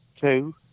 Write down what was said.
Two